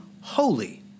holy